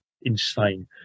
insane